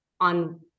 on